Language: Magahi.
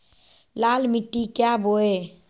लाल मिट्टी क्या बोए?